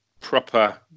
proper